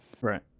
Right